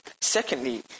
Secondly